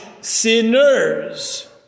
sinners